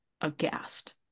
aghast